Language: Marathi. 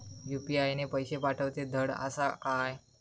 यू.पी.आय ने पैशे पाठवूचे धड आसा काय?